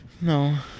No